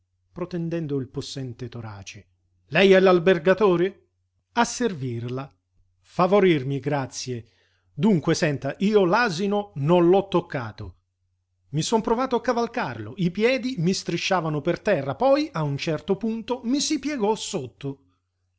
protendendo il possente torace lei è l'albergatore a servirla favorirmi grazie dunque senta io l'asino non l'ho toccato i son provato a cavalcarlo i piedi mi strisciavano per terra poi a un certo punto mi si piegò sotto